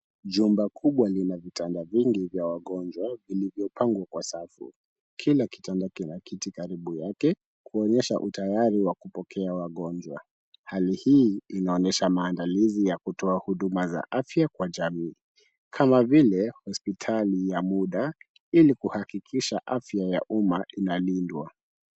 Jumba kubwa lina vitanda vingi vya wagonjwa vilivyopangwa kwa safu. Kila kitanda kina kiti karibu yake kuonyesha utayari wa kupokea wagonjwa. Hali hii inaonyesha maandalizi ya kutoa huduma za afya kwa jamii kama vile hospitali ya muda ili kuhakikisha afya ya umma inalindwa.